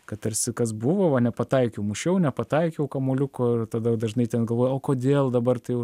kad tarsi kas buvo va nepataikiau mušiau nepataikiau kamuoliuko ir tada dažnai ten galvoju kodėl dabar tai jau